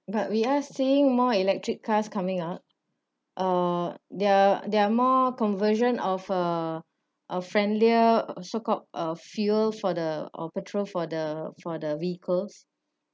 but we are seeing more electric cars coming out uh there there are more conversion of a a friendlier so called a fuel for the or petrol for the for the vehicles